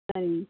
சரிங்க